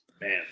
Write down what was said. man